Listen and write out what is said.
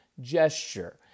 gesture